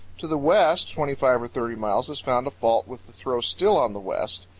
to the west twenty five or thirty miles is found a fault with the throw still on the west.